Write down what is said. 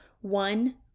one